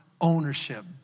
ownership